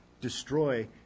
destroy